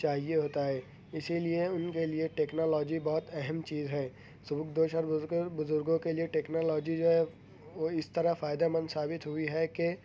چاہئے ہوتا ہے اسی لئے ان کے لئے ٹیکنالوجی بہت اہم چیز ہے سبکدوش اور بزرگ بزرگوں کے لئے ٹیکنالوجی جو ہے وہ اس طرح فائدہ مند ثابت ہوئی ہے کہ